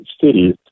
cities